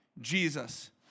Jesus